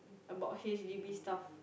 about H_D_B stuff